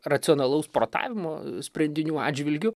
racionalaus protavimo sprendinių atžvilgiu